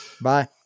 bye